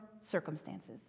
circumstances